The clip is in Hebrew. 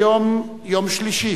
היום יום שלישי,